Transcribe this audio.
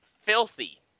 filthy